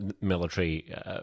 military